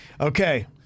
Okay